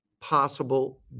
possible